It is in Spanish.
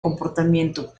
comportamiento